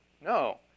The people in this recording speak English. No